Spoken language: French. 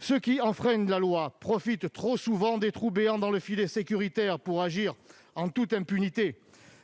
Ceux qui enfreignent la loi profitent trop souvent des trous béants dans le filet sécuritaire pour agir en toute impunité.